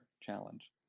challenge